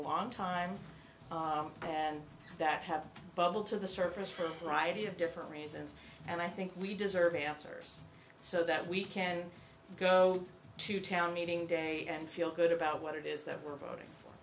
long time and that have bubbled to the surface for friday and different reasons and i think we deserve answers so that we can go to town meeting day and feel good about what it is that we're voting